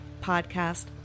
podcast